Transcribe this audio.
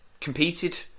competed